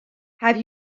have